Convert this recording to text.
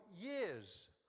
years